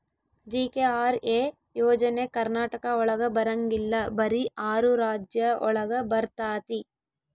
GKRA ಯೋಜನೆ ಕರ್ನಾಟಕ ಒಳಗ ಬರಂಗಿಲ್ಲ ಬರೀ ಆರು ರಾಜ್ಯ ಒಳಗ ಬರ್ತಾತಿ